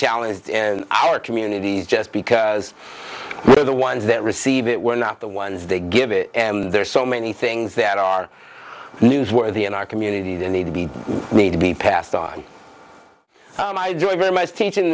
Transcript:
challenged in our communities just because we're the ones that receive it we're not the ones they give it and there's so many things that are newsworthy in our community they need to be made to be passed on my joy very much teaching